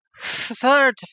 third